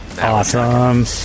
Awesome